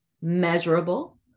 measurable